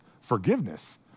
Forgiveness